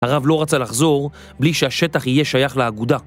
הרב לא רצה לחזור בלי שהשטח יהיה שייך לאגודה.